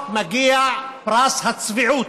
מגיע פרס הצביעות.